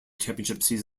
championship